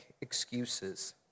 excuses